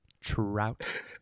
Trout